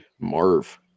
Marv